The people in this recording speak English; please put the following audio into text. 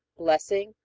blessing,